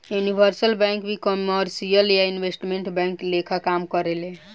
universal bank भी commercial आ investment bank लेखा काम करेले